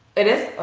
it is?